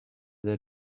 that